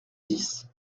dix